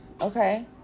Okay